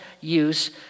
use